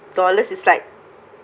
dollars is like